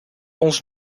ons